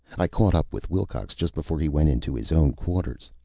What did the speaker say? i caught up with wilcox just before he went into his own quarters.